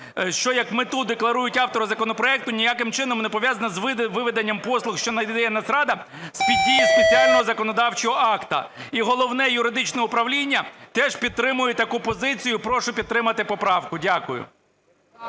що як мету декларують автори законопроекту, ніяким чином не пов'язаний з виведенням послуг, що надає Нацрада, з-під дії спеціального законодавчого акта. І Головне юридичне управління теж підтримує таку позицію. Прошу підтримати поправку. Дякую.